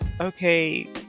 okay